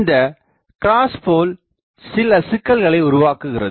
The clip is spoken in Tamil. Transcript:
இந்தக் கிராஸ் போல் சில சிக்கல்களை உருவாக்குகிறது